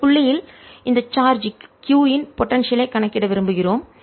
இந்த புள்ளியில் இந்த சார்ஜ் q இன் போடன்சியல் ஐ கணக்கிட விரும்புகிறோம்